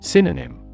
Synonym